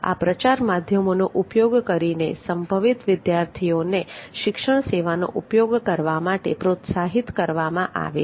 આ પ્રચાર માધ્યમોનો ઉપયોગ કરીને સંભવિત વિદ્યાર્થીઓને શૈક્ષણિક સેવાનો ઉપયોગ કરવા માટે પ્રોત્સાહિત કરવામાં આવે છે